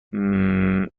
امکان